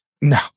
No